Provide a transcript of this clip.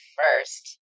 first